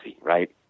right